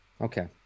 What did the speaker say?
Okay